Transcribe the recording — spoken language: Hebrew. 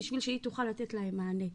בשביל שהיא תוכל לתת להם מענה.